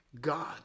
God